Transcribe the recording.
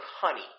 honey